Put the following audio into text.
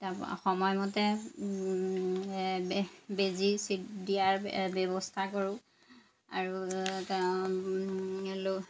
তাৰপা সময়মতে বেজি দিয়াৰ ব্যৱস্থা কৰোঁ আৰু